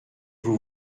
vous